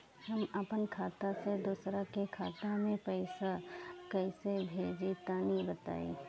हम आपन खाता से दोसरा के खाता मे पईसा कइसे भेजि तनि बताईं?